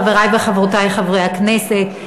חברי וחברותי חברי הכנסת,